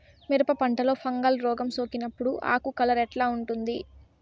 మిరప పంటలో ఫంగల్ రోగం సోకినప్పుడు ఆకు కలర్ ఎట్లా ఉంటుంది?